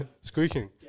squeaking